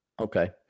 Okay